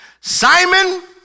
Simon